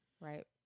Right